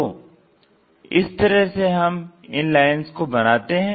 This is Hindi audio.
तो इस तरह से हम इन लाइन्स को बनाते हैं